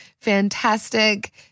fantastic